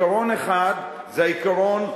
עיקרון אחד זה עקרון הייצוגיות,